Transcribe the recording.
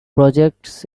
projects